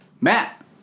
Matt